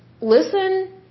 listen